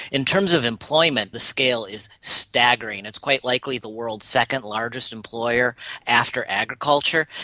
in terms of employment the scale is staggering, it's quite likely the world's second largest employer after agriculture.